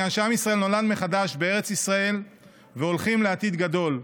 מחדש בארץ ישראל והולכים לעתיד גדול,